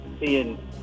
seeing